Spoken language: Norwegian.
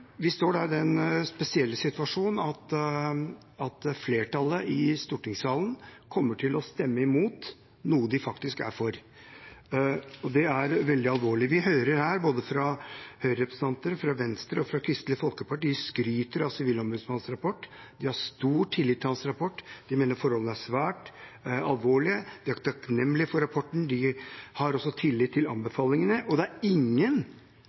Vi står da i den spesielle situasjonen at flertallet i stortingssalen kommer til å stemme imot noe de faktisk er for. Det er veldig alvorlig. Vi hører at både Høyre-, Venstre- og Kristelig Folkeparti-representanter skryter av Sivilombudsmannens rapport. De har stor tillit til rapporten, de mener forholdene er svært alvorlige, de er takknemlige for rapporten, og de har tillit til anbefalingene. Det er ingen